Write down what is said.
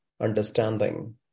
understanding